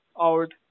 out